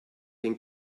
den